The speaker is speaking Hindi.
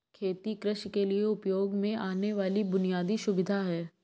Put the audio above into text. खेत कृषि के लिए उपयोग में आने वाली बुनयादी सुविधा है